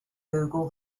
google